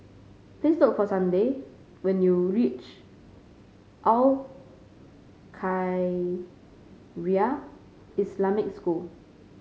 please look for Sunday when you reach Al Khairiah Islamic School